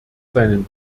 seinen